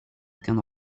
aucun